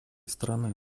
страны